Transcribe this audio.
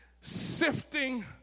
sifting